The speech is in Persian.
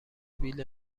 سبیل